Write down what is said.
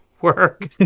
work